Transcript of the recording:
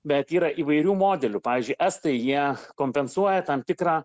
bet yra įvairių modelių pavyzdžiui estai jie kompensuoja tam tikrą